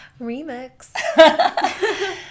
Remix